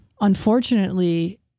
unfortunately